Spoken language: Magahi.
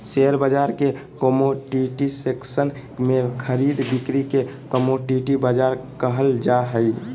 शेयर बाजार के कमोडिटी सेक्सन में खरीद बिक्री के कमोडिटी बाजार कहल जा हइ